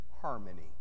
harmony